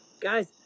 guys